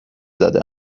زده